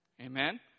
Amen